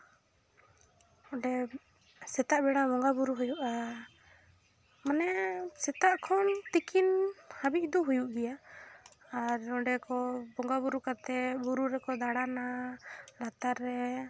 ᱚᱸᱰᱮ ᱥᱮᱛᱟᱜ ᱵᱮᱲᱟ ᱵᱚᱸᱜᱟ ᱵᱳᱨᱳ ᱦᱩᱭᱩᱜᱼᱟ ᱢᱟᱱᱮ ᱥᱮᱛᱟᱜ ᱠᱷᱚᱱ ᱛᱤᱠᱤᱱ ᱦᱟᱹᱵᱤᱡ ᱫᱚ ᱦᱩᱭᱩᱜ ᱜᱮᱭᱟ ᱟᱨ ᱚᱸᱰᱮ ᱠᱚ ᱵᱚᱸᱜᱟ ᱵᱳᱨᱳ ᱠᱟᱛᱮ ᱵᱩᱨᱩ ᱨᱮᱠᱚ ᱫᱟᱬᱟᱱᱟ ᱞᱟᱛᱟᱨ ᱨᱮ